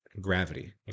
gravity